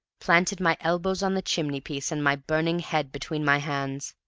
planted my elbows on the chimney-piece, and my burning head between my hands.